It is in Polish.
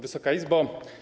Wysoka izbo!